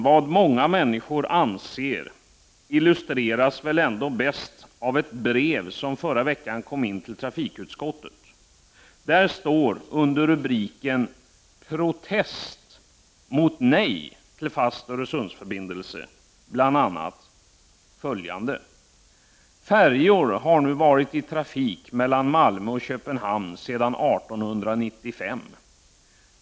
Vad många människor anser illustreras väl ändå bäst av ett brev som förra veckan kom in till trafikutskottet. Där står under rubriken ”Protest mot nej till fast Öresundsförbindelse” bl.a. följande: ”Färjor har nu varit i trafik mellan Malmö och Köpenhamn sedan 1895.